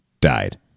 died